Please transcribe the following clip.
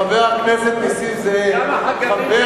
חבר הכנסת נסים זאב,